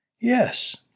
Yes